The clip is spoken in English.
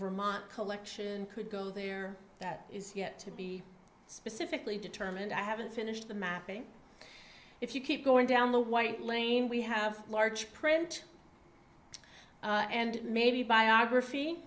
vermont collection could go there that is yet to be specifically determined i haven't finished the mapping if you keep going down the white lane we have large print and maybe biography